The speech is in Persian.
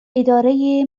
اداره